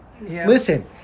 Listen